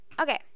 Okay